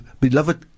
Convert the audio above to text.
beloved